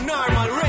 Normal